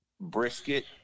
brisket